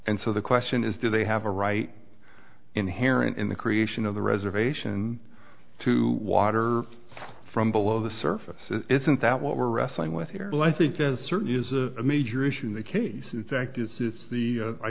and so the question is do they have a right inherent in the creation of the reservation to water from below the surface isn't that what we're wrestling with here well i think that is certainly is a major issue in the case in fact is this the